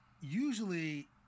usually